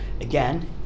Again